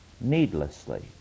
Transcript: needlessly